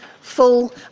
full